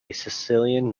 sicilian